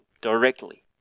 directly